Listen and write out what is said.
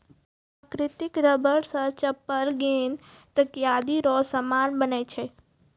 प्राकृतिक रबर से चप्पल गेंद तकयादी रो समान बनै छै